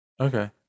okay